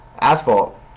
asphalt